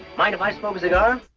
mind if i smoke a cigar?